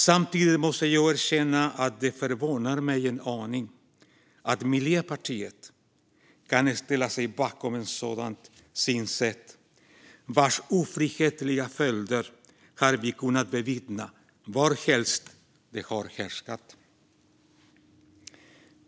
Samtidigt måste jag erkänna att det förvånar mig en aning att Miljöpartiet kan ställa sig bakom ett sådant synsätt, vars ofrihetliga följder vi har kunnat bevittna varhelst det har härskat.